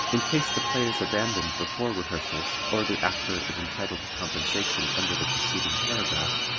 in case the play is abandoned before rehearsals or the actor is entitled to compensation under the preceding paragraph,